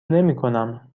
نمیکنم